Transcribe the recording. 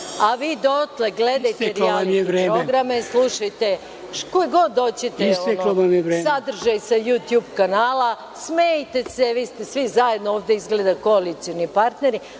a vi dotle gledajte rijaliti programe, slušajte koga god hoćete, sadržaj sa jutjub kanala, smejte se. Vi ste svi zajedno ovde, izgleda koalicioni partneri,